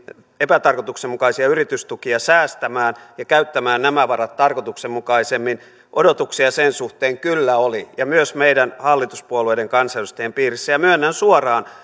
epätarkoituksenmukaisista yritystuista säästämään ja käyttämään nämä varat tarkoituksenmukaisemmin odotuksia kyllä oli ja myös meidän hallituspuolueiden kansanedustajien piirissä myönnän suoraan